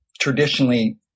traditionally